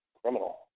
criminal